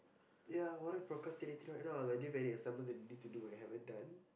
ya what are you procrastinating right now like do you have any assignments you need to do and haven't done